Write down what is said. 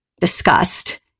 disgust